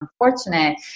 unfortunate